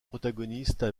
protagonistes